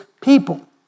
people